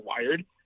wired